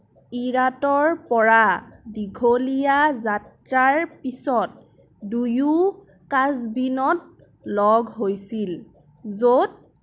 ইৰাটৰ পৰা দীঘলীয়া যাত্ৰাৰ পিছত দুয়ো কাজভিনত লগ হৈছিল য'ত